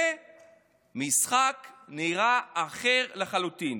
והמשחק נראה אחר לחלוטין,